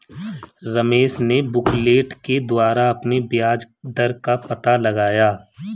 रमेश ने बुकलेट के द्वारा अपने ब्याज दर का पता लगाया